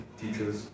teachers